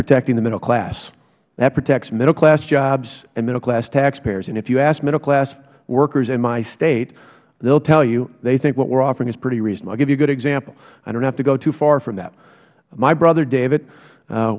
protecting the middle class that protects middle class jobs and middle class taxpayers and if you ask middle class workers in my state they will tell you they think what we are offering is pretty reasonable i will give you a good example i dont have to go too far for that my brother david